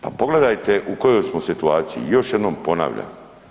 Pa pogledajte u kojoj smo situaciji, još jednom ponavljam.